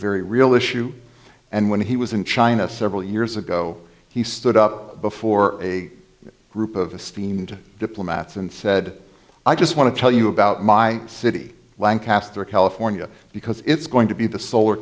very real issue and when he was in china several years ago he stood up before a group of esteem and diplomats and said i just want to tell you about my city lang castor california because it's going to be the solar